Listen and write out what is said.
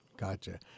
Gotcha